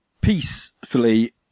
peacefully